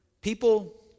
People